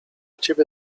ciebie